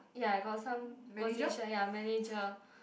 ya got some position ya manager